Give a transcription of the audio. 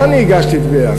לא אני הגשתי תביעה.